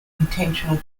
intentional